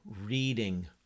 reading